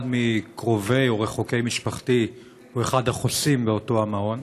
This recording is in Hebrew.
אחד מקרובי או רחוקי משפחתי הוא אחד החוסים באותו המעון.